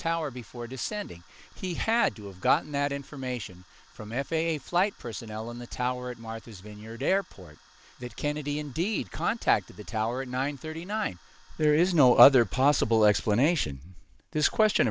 tower before descending he had to have gotten that information from f a a flight personnel in the tower at martha's vineyard airport that kennedy indeed contacted the tower at nine thirty nine there is no other possible explanation this question